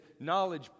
knowledge